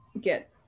get